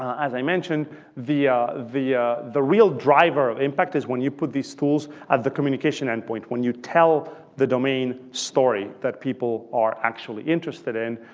as i mentioned the ah the ah real driver of impact is when you put these tools at the communication endpoint when you tell the domain story that people are actually interested in.